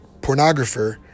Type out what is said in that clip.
pornographer